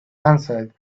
answered